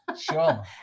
Sure